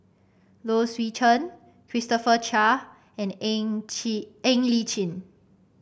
Low Swee Chen Christopher Chia and Ng Chin Ng Li Chin